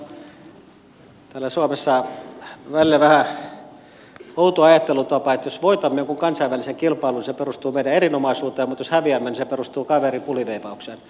meillä on täällä suomessa välillä vähän outo ajattelutapa että jos voitamme jonkun kansainvälisen kilpailun se perustuu meidän erinomaisuuteen mutta jos häviämme niin se perustuu kaverin puliveivaukseen